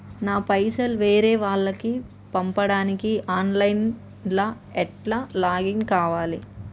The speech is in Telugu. నా పైసల్ వేరే వాళ్లకి పంపడానికి ఆన్ లైన్ లా ఎట్ల లాగిన్ కావాలి?